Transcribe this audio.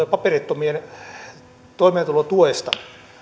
jo paperittomien toimeentulotuesta